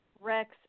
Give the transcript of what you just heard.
Rex